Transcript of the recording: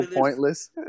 pointless